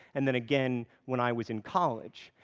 and then again when i was in college.